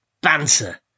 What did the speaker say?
banter